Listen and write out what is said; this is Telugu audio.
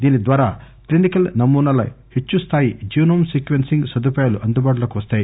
దీని ద్వారా క్లినికల్ నమూనాల హెచ్చు స్థాయి జీనోమ్ సీక్వెన్పింగ్ సదుపాయాలు అందుబాటులోకి వస్తాయి